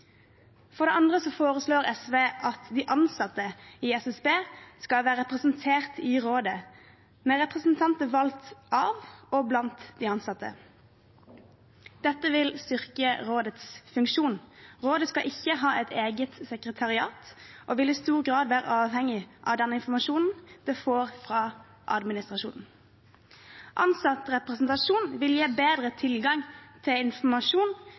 For det andre foreslår SV at de ansatte i SSB skal være representert i rådet, med representanter valgt av og blant de ansatte. Dette vil styrke rådets funksjon. Rådet skal ikke ha et eget sekretariat, og det vil i stor grad være avhengig av den informasjonen det får fra administrasjonen. Ansattrepresentasjon vil gi bedre tilgang til informasjon